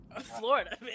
Florida